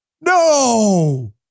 No